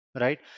right